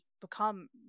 become